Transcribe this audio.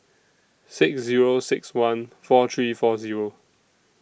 six Zero six one four three four Zero